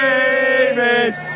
Davis